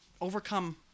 overcome